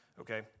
okay